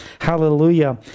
Hallelujah